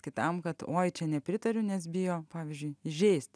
kitam kad oi čia nepritariu nes bijo pavyzdžiui įžeisti